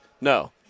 No